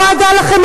דקה,